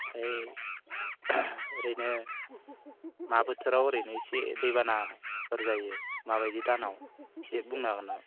ओमफाय ओरैनो मा बोथोराव ओरैनो इसे दैबानाफोर जायो माबायदि दानाव एसे बुंनो हागोन नामा